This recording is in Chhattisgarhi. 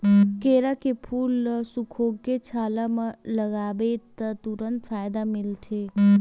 केरा के फूल ल सुखोके छाला म लगाबे त तुरते फायदा मिलथे